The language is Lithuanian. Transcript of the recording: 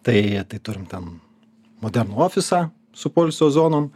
tai tai turim ten modernų ofisą su poilsio zonom